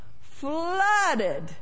flooded